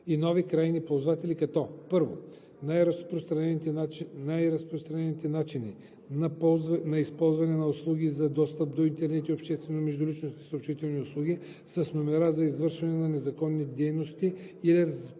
и нови крайни ползватели като: 1. най-разпространените начини на използване на услуги за достъп до интернет и обществени междуличностни съобщителни услуги с номера за извършване на незаконни дейности или